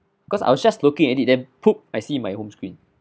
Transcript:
because I was just looking at it then poop I see my home screen